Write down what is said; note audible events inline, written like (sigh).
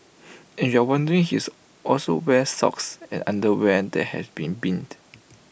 (noise) and if you're wondering he's also wears socks and underwear that has been binned